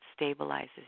stabilizes